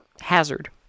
hazard